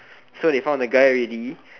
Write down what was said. so they found the guy already